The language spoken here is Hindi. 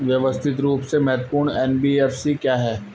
व्यवस्थित रूप से महत्वपूर्ण एन.बी.एफ.सी क्या हैं?